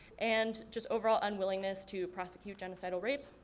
and just overall unwillingness to prosecute genocidal rape.